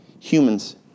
humans